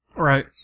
Right